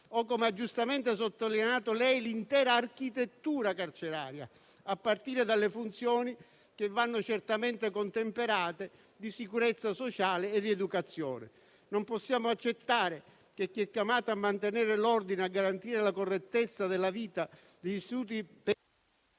- come ha giustamente sottolineato lei - l'intera architettura carceraria, a partire dalle funzioni, che vanno certamente contemperate, di sicurezza sociale e rieducazione. Non possiamo accettare che chi è chiamato a mantenere l'ordine e a garantire la correttezza della vita degli istituti